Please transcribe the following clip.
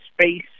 space